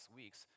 weeks